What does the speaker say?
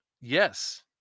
Yes